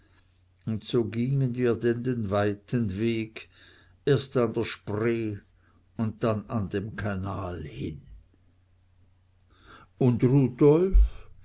und so gingen wir denn den weiten weg erst an der spree und dann an dem kanal hin und rudolf